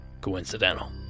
coincidental